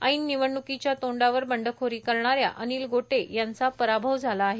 ऐन निवडण्कीच्या तोंडावर बंडखोरी करणाऱ्या अनिल गोटे यांचा पराभव झाला आहे